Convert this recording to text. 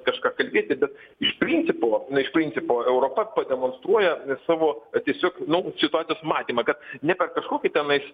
kažką kalbėti bet iš principo na iš principo europa pademonstruoja savo tiesiog nu situacijos matymą kad ne per kažkokį tenais